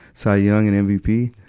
cy young and mvp.